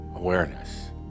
Awareness